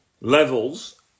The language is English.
levels